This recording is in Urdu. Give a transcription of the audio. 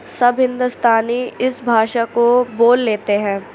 سب ہندوستانی اس بھاشا کو بول لیتے ہیں